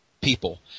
people